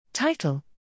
Title